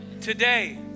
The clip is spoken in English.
today